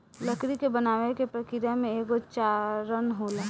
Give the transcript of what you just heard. लकड़ी के बनावे के प्रक्रिया में एगो चरण होला